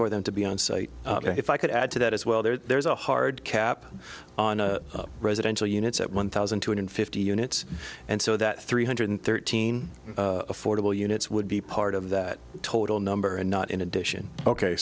for them to be on site if i could add to that as well there's a hard cap on a residential units at one thousand two hundred fifty units and so that three hundred thirteen affordable units would be part of that total number and not in addition ok